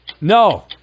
No